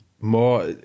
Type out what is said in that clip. more